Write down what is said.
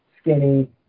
skinny